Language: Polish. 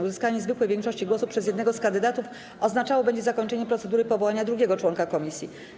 Uzyskanie zwykłej większości głosów przez jednego z kandydatów oznaczało będzie zakończenie procedury powołania drugiego członka komisji.